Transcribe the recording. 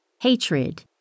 hatred